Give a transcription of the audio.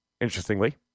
interestingly